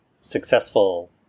successful